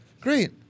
Great